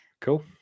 Cool